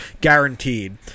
Guaranteed